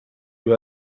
you